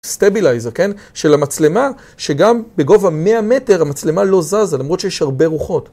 סטבילייזר, כן? של המצלמה, שגם בגובה 100 מטר המצלמה לא זזה, למרות שיש הרבה רוחות.